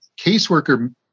caseworker